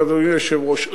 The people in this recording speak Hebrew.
אדוני היושב-ראש,